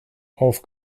auf